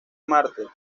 martel